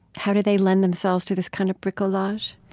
how do they lend themselves to this kind of bricolage?